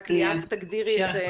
רק תגדירי את